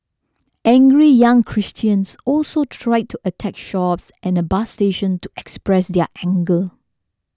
angry young Christians also tried to attack shops and a bus station to express their anger